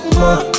more